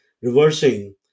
reversing